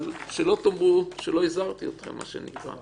שלא תאמרו שלא הזהרתי אתכם, מה שנקרא.